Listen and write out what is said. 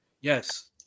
Yes